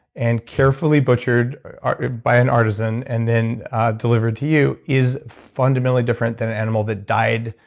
and carefully butchered by an artisan, and then delivered to you, is fundamentally different than an animal that died,